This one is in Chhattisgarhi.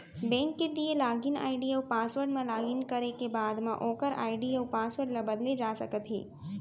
बेंक के दिए लागिन आईडी अउ पासवर्ड म लॉगिन करे के बाद म ओकर आईडी अउ पासवर्ड ल बदले जा सकते हे